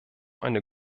eine